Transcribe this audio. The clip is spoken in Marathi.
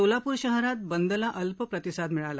सोलापूर शहरात बंदला अल्प प्रतिसाद मिळाला